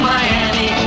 Miami